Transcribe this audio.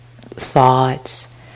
thoughts